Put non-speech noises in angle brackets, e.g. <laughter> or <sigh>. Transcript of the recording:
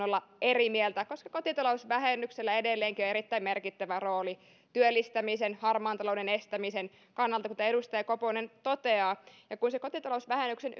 <unintelligible> olla eri mieltä koska kotitalousvähennyksellä edelleenkin on erittäin merkittävä rooli työllistämisen harmaan talouden estämisen kannalta kuten edustaja koponen toteaa ja kun se kotitalousvähennyksen <unintelligible>